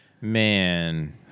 man